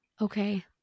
Okay